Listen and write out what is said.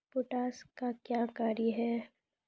Potash का क्या कार्य हैं?